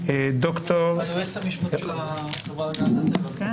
היועץ המשפטי של החברה להגנת הטבע.